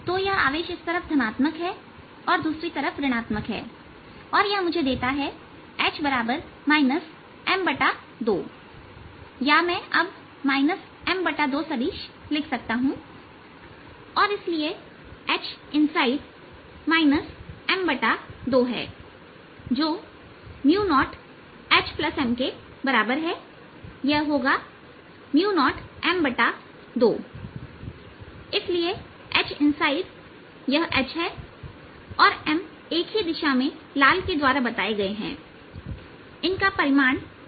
तो यह आवेश इस तरफ धनात्मक है और दूसरी तरफ ऋण आत्मक है और यह मुझे देता है कि H M2 या मैं अब M2 सदिश लिख सकता हूं और इसलिए Hinside M2 है जो 0HMके बराबर हैयह होगा 0M2इसलिए आंतरिक H यह H है और M एक ही दिशा में लाल के द्वारा बताए गए हैं इनका परिमाण 0M2है